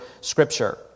scripture